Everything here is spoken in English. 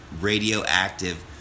radioactive